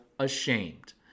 ashamed